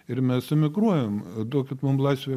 ir mes emigruojam duokit mum laisvę